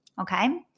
okay